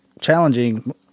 challenging